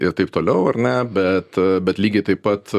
ir taip toliau ar ne bet bet lygiai taip pat